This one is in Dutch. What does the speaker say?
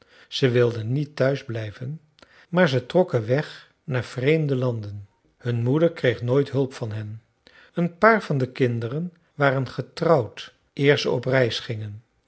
zij wilden niet thuis blijven maar ze trokken weg naar vreemde landen hun moeder kreeg nooit hulp van hen een paar van de kinderen waren getrouwd eer ze op reis gingen